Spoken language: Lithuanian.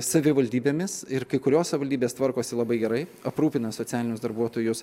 savivaldybėmis ir kai kurios savivaldybės tvarkosi labai gerai aprūpina socialinius darbuotojus